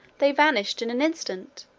they vanished in an instant,